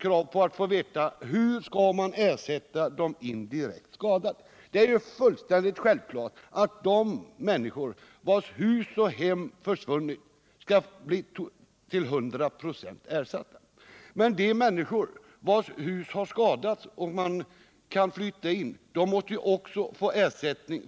jag också att få veta hur man skall ersätta de indirekt skadade. Det är självklart att de människor vilkas hus och hem förstörts skall bli ersatta till 100 96. Men de människor vilkas hus bara har skadats så att de kan flytta in måste ju också få ersättning.